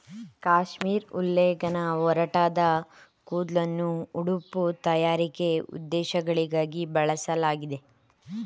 ಕಾಶ್ಮೀರ್ ಉಲ್ಲೆನ್ನ ಒರಟಾದ ಕೂದ್ಲನ್ನು ಉಡುಪು ತಯಾರಿಕೆ ಉದ್ದೇಶಗಳಿಗಾಗಿ ಬಳಸಲಾಗ್ತದೆ